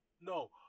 no